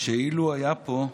שאילו היה פה,